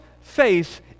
faith